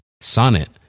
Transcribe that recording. Sonnet